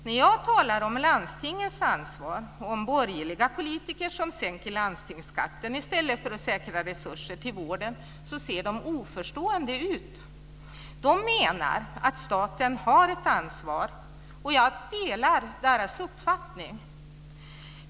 När jag talar om landstingens ansvar och om borgerliga politiker som sänker landstingsskatten i stället för att säkra resurser till vården ser de oförstående ut. De menar att staten har ett ansvar, och jag delar deras uppfattning.